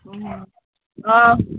आ